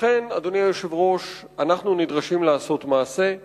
לכן, אדוני היושב-ראש, אנחנו נדרשים לעשות מעשה,